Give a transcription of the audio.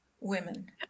women